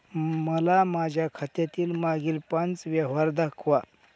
मला माझ्या खात्यातील मागील पांच व्यवहार दाखवा